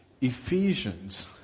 Ephesians